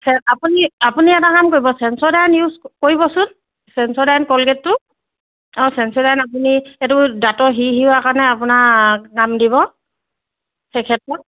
সেই আপুনি আপুনি এটা কাম কৰিব চেনচডায়ন ইউজ কৰিবচোন চেনচডায়ন কলগেটটো অঁ চেনচডাইন আপুনি এইটো দাঁতৰ সিৰসিৰোৱাৰ কাৰণে আপোনাৰ কাম দিব সেই ক্ষেত্ৰত